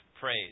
praise